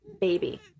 baby